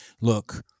look